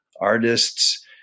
artists